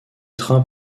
trains